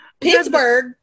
Pittsburgh